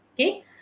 Okay